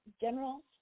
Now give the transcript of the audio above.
general